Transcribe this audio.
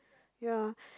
ya